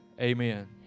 Amen